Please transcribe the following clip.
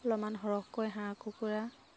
অলমান সৰহকৈ হাঁহ কুকুৰা